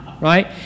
right